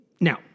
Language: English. Now